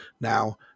Now